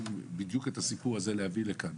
את הסיפור הזה אנחנו צריכים להביא לכאן.